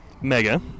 Mega